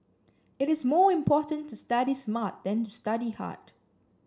it is more important to study smart than to study hard